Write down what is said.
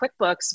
QuickBooks